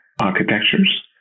architectures